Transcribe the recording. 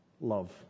love